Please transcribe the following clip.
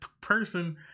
person